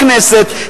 הכנסת,